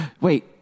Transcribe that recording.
wait